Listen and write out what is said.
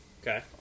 Okay